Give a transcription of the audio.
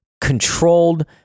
controlled